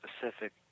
Pacific